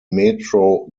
metro